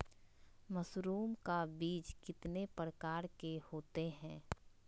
Mushroom का बीज कितने प्रकार के होते है?